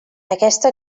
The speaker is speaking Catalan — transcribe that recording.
aquesta